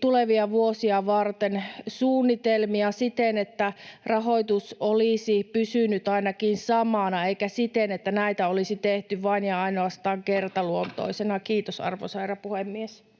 tulevia vuosia varten suunnitelmia siten, että rahoitus olisi pysynyt ainakin samana, eikä siten, että näitä olisi tehty vain ja ainoastaan kertaluontoisina. — Kiitos, arvoisa herra puhemies.